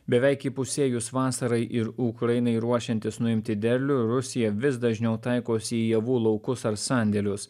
beveik įpusėjus vasarai ir ukrainai ruošiantis nuimti derlių rusija vis dažniau taikosi į javų laukus ar sandėlius